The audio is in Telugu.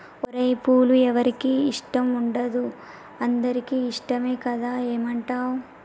ఓరై పూలు ఎవరికి ఇష్టం ఉండదు అందరికీ ఇష్టమే కదా ఏమంటావ్